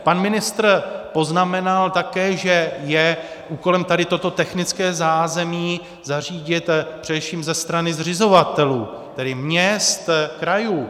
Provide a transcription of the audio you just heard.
Pan ministr poznamenal také, že je úkolem toto technické zázemí zařídit především ze strany zřizovatelů, tedy měst, krajů.